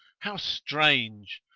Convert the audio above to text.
how strange!